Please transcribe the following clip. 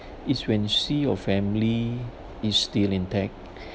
it's when you see your family is still intact